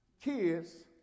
kids